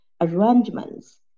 arrangements